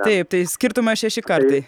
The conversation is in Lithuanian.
taip tai skirtumas šeši kartai